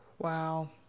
Wow